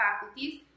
faculties